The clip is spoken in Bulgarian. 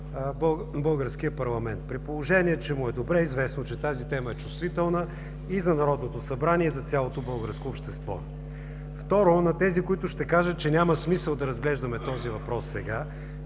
българския парламент, при положение че му е добре известно, че тази тема е чувствителна и за Народното събрание, и за цялото българско общество. Второ, на онези, които ще кажат, че няма смисъл да разглеждаме този въпрос сега,